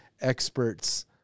experts